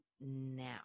now